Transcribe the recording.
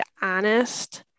honest